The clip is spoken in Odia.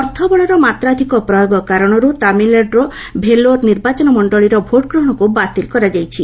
ଅର୍ଥବଳର ମାତ୍ରାଧିକ ପ୍ରୟୋଗ କାରଣରୁ ତାମିଲ୍ନାଡ୍ରର ଭେଲୋର୍ ନିର୍ବାଚନ ମଣ୍ଡଳୀର ଭୋଟ୍ଗ୍ରହଣକୁ ବାତିଲ୍ କରାଯାଇଛି